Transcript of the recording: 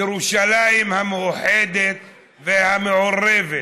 ירושלים המאוחדת והמעורבת